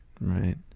right